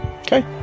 okay